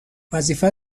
وظیفت